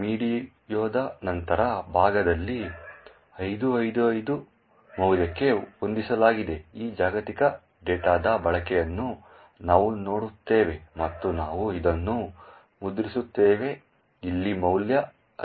ವೀಡಿಯೊದ ನಂತರದ ಭಾಗದಲ್ಲಿ 5555 ಮೌಲ್ಯಕ್ಕೆ ಹೊಂದಿಸಲಾದ ಈ ಜಾಗತಿಕ ಡೇಟಾದ ಬಳಕೆಯನ್ನು ನಾವು ನೋಡುತ್ತೇವೆ ಮತ್ತು ನಾವು ಇದನ್ನು ಮುದ್ರಿಸುತ್ತೇವೆ ಇಲ್ಲಿ ಮೌಲ್ಯ 5555